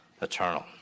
eternal